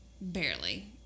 barely